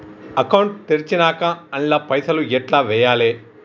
Account తెరిచినాక అండ్ల పైసల్ ఎట్ల వేయాలే?